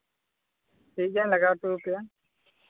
ᱴᱷᱤᱠ ᱜᱮᱭᱟᱧ ᱞᱟᱜᱟᱣ ᱦᱚᱴᱚᱣ ᱯᱮᱭᱟ